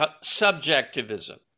subjectivism